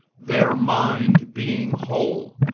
their mind being whole,